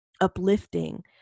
uplifting